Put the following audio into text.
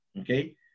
Okay